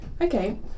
Okay